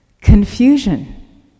Confusion